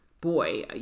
boy